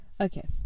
Okay